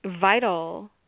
vital